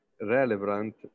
relevant